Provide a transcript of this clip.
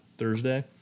thursday